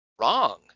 wrong